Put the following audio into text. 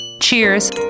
Cheers